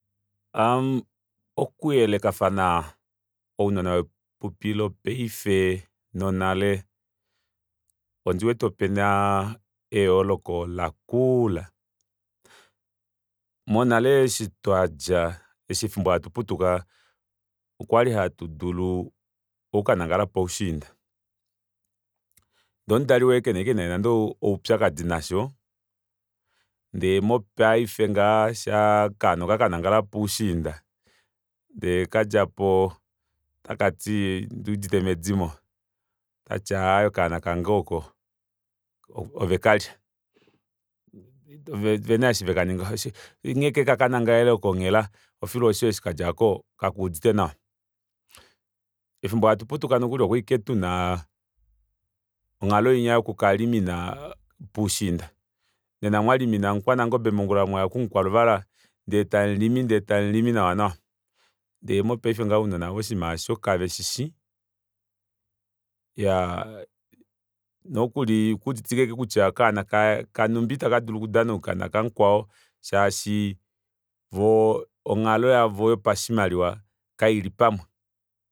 Aa okuyelekafana ounona vepupi lopaife nonale ondiwete opena eyooloka lakuula monale eshi twadja efimbo hatuputuka okwali hatu dulu okukanangala poushiinda ndee omudali woye kena aashike nande nande oupyakadi nasho ndee mopaife ngaha shaa okaana okakanangala poushiinda ndee kadjapo takati onduudite medimo otakati aaye okaana kange oko ovekalya ovena eshi vakaninga nghee ashike kakanangalele oko onghela eshi kandja aako kakeudite nawa efimbo hatuputuka nokuli okwali tuna onghalo inya yoku kalimina poushiinda nena mwalimina mukwanangobe mongula mwaya kumukwaluvala ndee tamulimi ndee tamulimi nawa nawa ndee mopaife ngaha ounona oshinima aasho kave shishi iyaa nokuli okuuditike ashike kutya okaana kanumba ita kadulu okudanauka nokamukwao shaashi voo onghalo yavo yopashimaliwa kaili pamwe